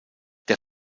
der